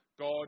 God